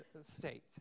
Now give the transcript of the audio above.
state